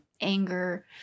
anger